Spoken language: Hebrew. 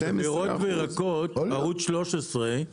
אגב פירות וירקות, ערוץ 13,